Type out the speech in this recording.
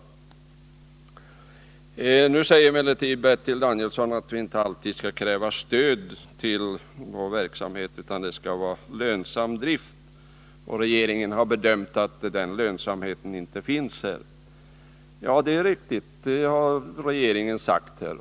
Bertil Danielsson säger emellertid att vi inte alltid skall kräva stöd till en verksamhet, utan att det skall vara fråga om lönsam drift och att regeringen har bedömt att den lönsamheten inte finns här. Det är riktigt att regeringen har sagt det.